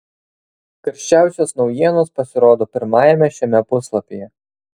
karščiausios naujienos pasirodo pirmajame šiame puslapyje